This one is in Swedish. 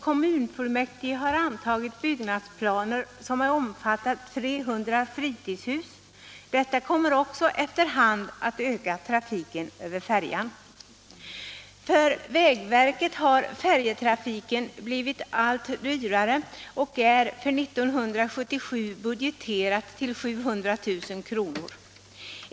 Kommunfullmäktige har vidare antagit byggnadsplaner omfattande 300 fritidshus i Loftahammar. Detta kommer också att efter hand öka trafiken över färjan. Färjtrafiken har för vägverkets del blivit allt dyrare, och den är för år 1977 budgeterad till 700 000 kr.